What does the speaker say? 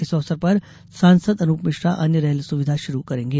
इस अवसर पर सांसद अनूप मिश्रा अन्य रेल सुविधा शुरू करेंगे